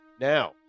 Now